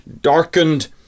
darkened